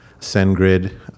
SendGrid